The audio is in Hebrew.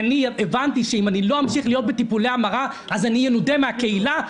הבנתי שאם לא אמשיך להיות בטיפולי המרה אני אנודה מן הקהילה.